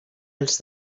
els